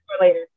later